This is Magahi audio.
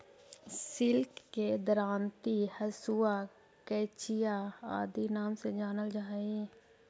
सिक्ल के दरांति, हँसुआ, कचिया आदि नाम से जानल जा हई